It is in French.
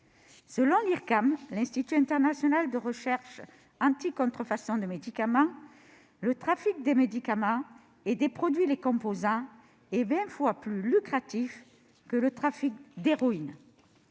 Selon l'Institut international de recherche anti-contrefaçon de médicaments (Iracm), le trafic de médicaments et de produits les composants est vingt fois plus lucratif que le trafic d'héroïne.